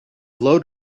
blow